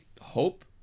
hope